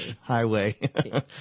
highway